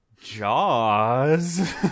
Jaws